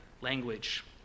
language